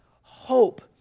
hope